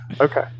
Okay